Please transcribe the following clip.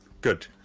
good